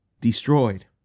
destroyed